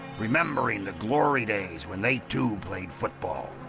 remembering the glory days when they too played football,